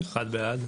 הצבעה בעד,